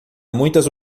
muitas